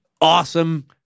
awesome